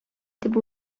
дип